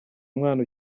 mwana